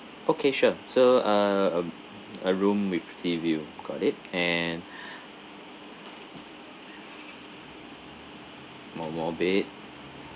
okay sure so err a a room with sea view got it and one more bed